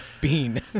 bean